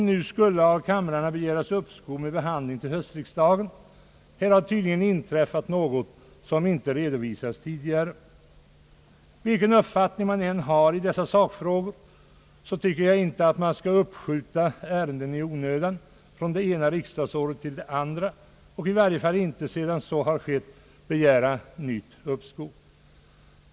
Nu skulle kamrarna begära uppskov med behandlingen av dessa ärenden till höstriksdagen. Här har tydligen inträffat något som inte har redovisats tidigare. Vilken uppfattning man än har i dessa sakfrågor tycker jag inte att man skall uppskjuta ärenden i onödan från det ena riksdagsåret till det andra, och i varje fall inte sedan så har skett begära nytt uppskov.